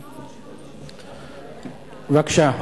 בבקשה.